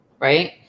Right